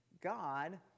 God